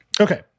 Okay